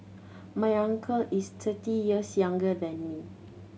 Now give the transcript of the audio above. my uncle is thirty years younger than me